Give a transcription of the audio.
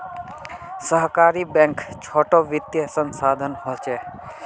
सहकारी बैंक छोटो वित्तिय संसथान होछे